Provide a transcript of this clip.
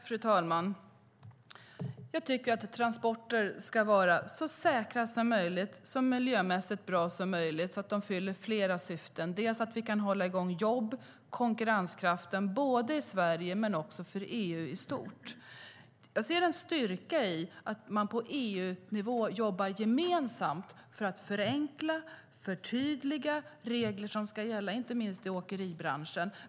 Fru talman! Jag tycker att transporter ska vara så säkra som möjligt och så miljömässigt bra som möjligt så att de fyller flera syften. Vi ska kunna hålla i gång jobben och konkurrenskraften både i Sverige och för EU i stort. Jag ser en styrka i att man på EU-nivå jobbar gemensamt för att förenkla och förtydliga regler som ska gälla, inte minst i åkeribranschen.